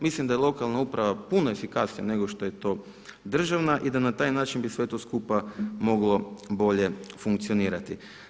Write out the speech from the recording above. Mislim da je lokalna uprava puno efikasnija nego što je to državna i da na taj način bi sve to skupa moglo bolje funkcionirati.